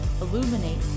illuminate